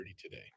today